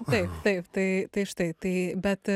taip taip tai tai štai tai bet